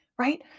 Right